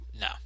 No